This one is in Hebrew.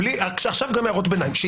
עכשיו גם על הערות ביניים.